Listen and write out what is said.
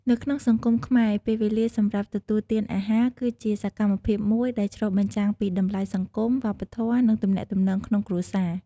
នៅក្នុងសង្គមខ្មែរ ពេលវេលាសម្រាប់ទទួលទានអាហារ គឹជាសកម្មភាពមួយដែលឆ្លុះបញ្ចាំងពីតម្លៃសង្គម វប្បធម៌ និងទំនាក់ទំនងក្នុងគ្រួសារ។